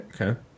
Okay